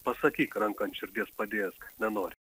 pasakyk ranką ant širdies padėjęs kad nenori